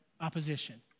opposition